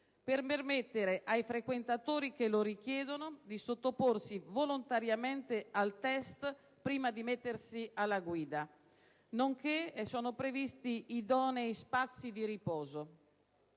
per permettere ai frequentatori che lo richiedono di sottoporsi volontariamente al test prima di mettersi alla guida; sono previsti altresì idonei spazi di riposo.